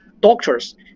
doctors